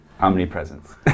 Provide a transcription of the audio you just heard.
omnipresence